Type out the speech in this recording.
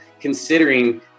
considering